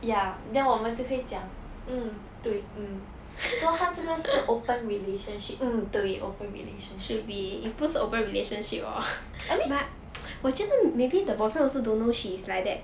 ya then 我们就会讲 mm 对 mm so 她这个是 open relationship mm 对 open relationship I mean